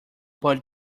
but